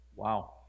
Wow